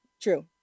True